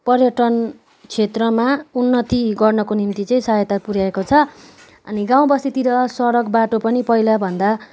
पर्यटन क्षेत्रमा उन्नति गर्नको निम्ति चाहिँ सहायता पुऱ्याएको छ अनि गाउँ बस्तीतिर सडक बाटो पनि पहिलाभन्दा